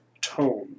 tone